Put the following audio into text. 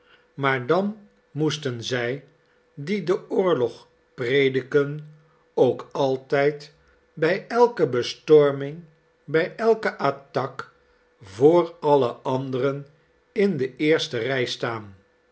maar dan moesten zij die den oorlog prediken ook altijd bij elke bestorming bij elke attaque voor alle anderen in de eerste rij staan